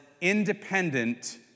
independent